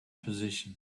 position